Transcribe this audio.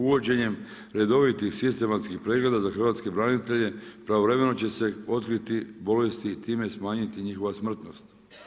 Uvođenjem redovitih sistematskih pregleda za hrvatske branitelje, pravovremeno će se otkriti bolesti i time smanjiti njihova smrtnost.